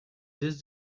this